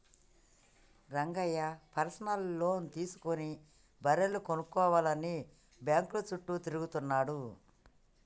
Rangayya personal loan తీసుకుని బర్రెలు కొనుక్కోవాలని బ్యాంకుల చుట్టూ తిరుగుతున్నాడు